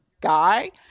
guy